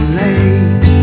late